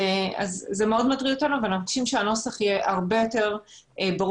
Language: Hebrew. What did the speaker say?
זה מאוד מטריד אותנו ואנחנו מבקשים שהנוסח יהיה הרבה יותר ברור,